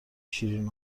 شیرین